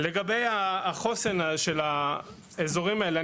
לגבי החוסן של האזורים האלה,